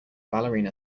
ballerina